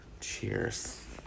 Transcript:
cheers